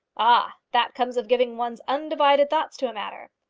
ah! that comes of giving one's undivided thoughts to a matter.